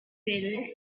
filled